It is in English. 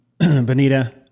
Bonita